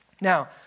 Now